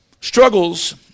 Struggles